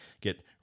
get